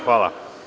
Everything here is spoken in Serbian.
Hvala.